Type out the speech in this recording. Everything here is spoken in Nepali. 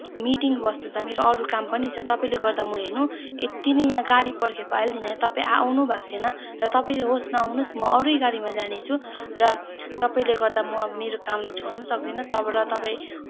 मिटिङ बस्नु छ मेरो अरू काम पनि छ तपाईँले गर्दा म हेर्नु यति नै यहाँ गाडी पर्खिएको अहिले देखि होइन तपाईँ आउनु भएको छैन र तपाईँ चाहिँ होस् नआउनुहोस् म अरू नै गाडीमा जानेछु र तपाईँले गर्दा म मेरो कामलाई छोड्न पनि सक्दिनँ तपाईँ